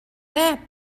that